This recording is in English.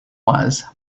was